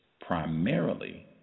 primarily